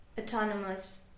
autonomous